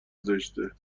زشته